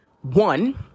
one